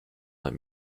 let